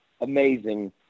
amazing